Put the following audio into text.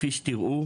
כפי שתיראו,